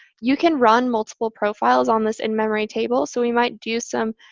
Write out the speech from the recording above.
you can run multiple profiles on this in-memory table. so we might do some